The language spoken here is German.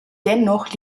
dennoch